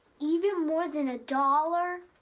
even more than a dollar?